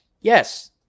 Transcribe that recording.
Yes